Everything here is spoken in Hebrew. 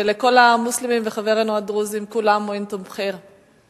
ולכל המוסלמים ולחברינו הדרוזים כולם: כול עאם ואנתום בח'יר.